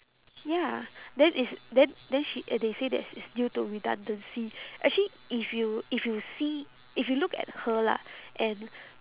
ya then it's then then she and they say that it's due to redundancy actually if you if you see if you look at her lah and